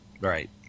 Right